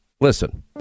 Listen